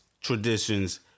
traditions